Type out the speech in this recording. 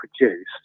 produced